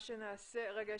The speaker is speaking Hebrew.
אבל זה רק בשטח הארץ.